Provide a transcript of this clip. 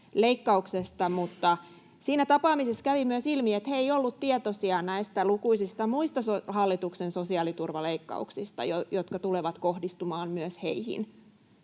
mutta siinä tapaamisessa kävi myös ilmi, että he eivät olleet tietoisia näistä lukuisista muista hallituksen sosiaaliturvaleikkauksista, jotka tulevat kohdistumaan myös heihin.